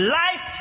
life